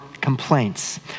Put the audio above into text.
complaints